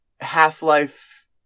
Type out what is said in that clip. Half-Life